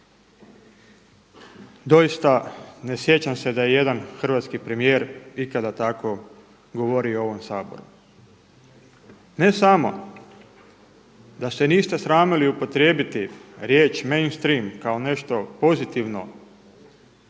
Doista ne sjećam se da je ijedan hrvatski premijer ikada tako govorio u ovom Saboru. Ne samo da se niste sramili upotrijebiti riječ mainstream kao nešto pozitivno